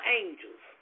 angels